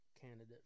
candidate